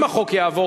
אם החוק יעבור,